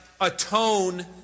atone